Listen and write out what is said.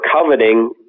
coveting